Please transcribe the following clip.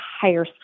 higher